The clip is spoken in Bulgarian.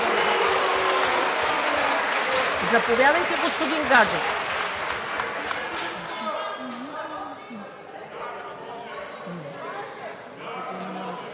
Заповядайте, господин Гаджев.